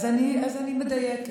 אז אני מדייקת,